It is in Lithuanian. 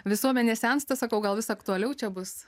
visuomenė sensta sakau gal vis aktualiau čia bus